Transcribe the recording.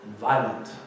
violent